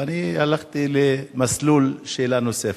ואני הלכתי למסלול שאלה נוספת.